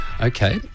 Okay